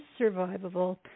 survivable